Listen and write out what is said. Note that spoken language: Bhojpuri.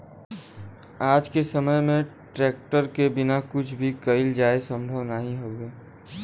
आज के समय में ट्रेक्टर के बिना कुछ भी कईल जाये संभव नाही हउवे